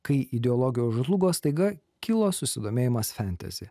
kai ideologijos žlugo staiga kilo susidomėjimas fantasy